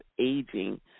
aging